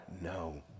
No